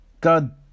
God